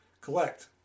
collect